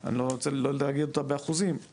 שאני לא רוצה להגיד אותה באחוזים,